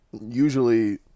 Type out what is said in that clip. usually